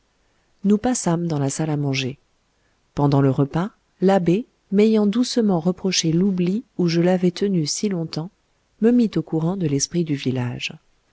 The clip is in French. nous passâmes dans la salle à manger pendant le repas l'abbé m'ayant doucement reproché l'oubli où je l'avais tenu si longtemps me mit au courant de l'esprit du village